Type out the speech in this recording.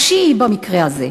השיעי במקרה הזה.